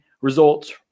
results